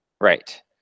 right